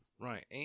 Right